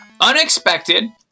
Unexpected